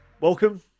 Welcome